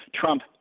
Trump